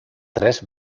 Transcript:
tres